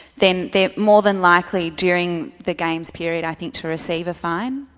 then they're more than likely during the games period i think to receive a fine,